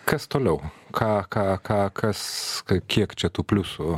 kas toliau ką ką ką kas kiek čia tų pliusų